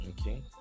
okay